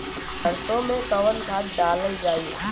सरसो मैं कवन खाद डालल जाई?